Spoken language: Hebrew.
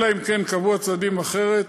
אלא אם כן קבעו הצדדים אחרת,